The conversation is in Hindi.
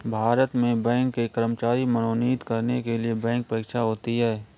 भारत में बैंक के कर्मचारी मनोनीत करने के लिए बैंक परीक्षा होती है